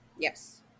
Yes